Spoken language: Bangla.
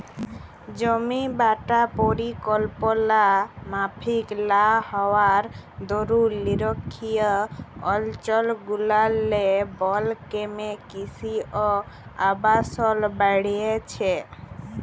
জমিবাঁটা পরিকল্পলা মাফিক লা হউয়ার দরুল লিরখ্খিয় অলচলগুলারলে বল ক্যমে কিসি অ আবাসল বাইড়হেছে